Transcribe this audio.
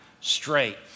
straight